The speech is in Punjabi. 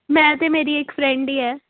ਮੈਂ ਅਤੇ ਮੇਰੀ ਇੱਕ ਫਰੈਂਡ ਹੀ ਹੈ